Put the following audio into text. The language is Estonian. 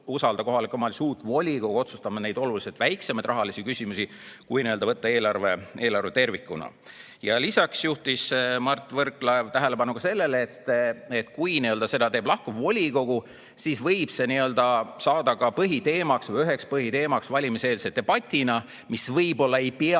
kohaliku omavalitsuse uut volikogu otsustama neid oluliselt väiksemaid rahalisi küsimusi, kui võtta eelarve tervikuna. Lisaks juhtis Mart Võrklaev tähelepanu sellele, et kui selle [otsuse] teeb lahkuv volikogu, siis võib see saada põhiteemaks või üheks põhiteemaks valimiseelses debatis, aga võib-olla see ei